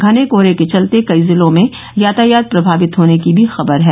घने कोहरे के चलते कई जिलों में यातायात प्रभावित होने की भी खबर है